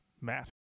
Matt